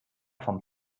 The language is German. vom